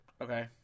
Okay